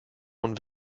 und